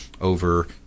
over